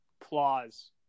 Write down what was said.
clause